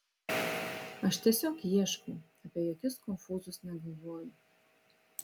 aš tiesiog ieškau apie jokius konfūzus negalvoju